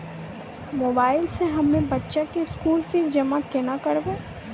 Mobile से हम्मय बच्चा के स्कूल फीस जमा केना करबै?